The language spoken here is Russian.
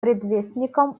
предвестником